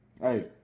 Hey